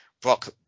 Brock